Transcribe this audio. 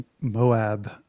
Moab